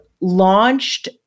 launched